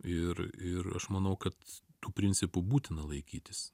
ir ir aš manau kad tų principų būtina laikytis